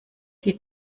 die